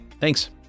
Thanks